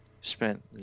spent